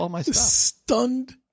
Stunned